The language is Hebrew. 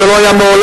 זה לא היה מעולם,